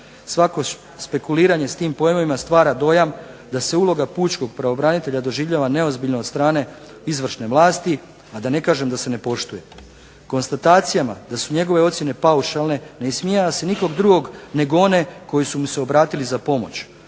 Svako špekuliranje s tim pojmovima stvara dojam da se uloga pučkog pravobranitelja doživljava neozbiljno od strane izvršne vlasti, a da ne kažem da se ne poštuje. Konstatacijama da su njegove ocjene paušalne ne ismijava se nikog drugog nego one koji su mu se obratili za pomoć.